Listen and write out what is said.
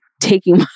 taking